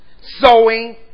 Sowing